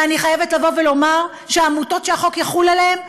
ואני חייבת לומר שהעמותות שהחוק יחול עליהן,